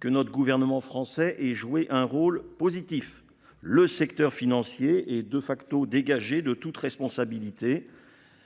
que notre gouvernement français et jouer un rôle positif. Le secteur financier et de facto dégager de toute responsabilité.